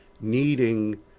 needing